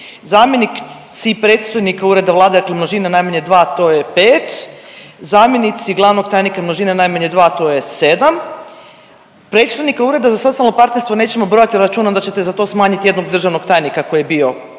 zamjenici predstojnika Ureda Vlade, dakle množina, najmanje 2, to je 5, zamjenici glavnog tajnika, množina, najmanje 2, to je 7, predstojnika Ureda za socijalno partnerstvo nećemo brojati jer računam da ćete za to smanjiti jednog državnog tajnika koji je bio